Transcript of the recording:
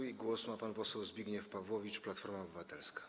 I głos ma pan poseł Zbigniew Pawłowicz, Platforma Obywatelska.